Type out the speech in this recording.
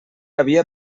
havia